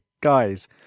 guys